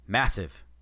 Massive